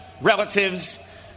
relatives